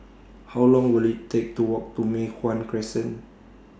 How Long Will IT Take to Walk to Mei Hwan Crescent